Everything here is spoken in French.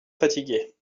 fatigué